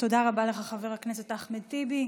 תודה רבה לך, חבר הכנסת אחמד טיבי.